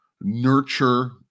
nurture